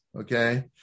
okay